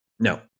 No